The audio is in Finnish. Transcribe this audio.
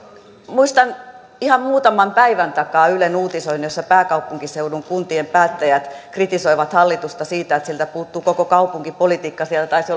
muistan ihan muutaman päivän takaa ylen uutisoinnin jossa pääkaupunkiseudun kuntien päättäjät kritisoivat hallitusta siitä että siltä puuttuu koko kaupunkipolitiikka siellä taisi